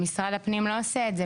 משרד הפנים לא עושה את זה.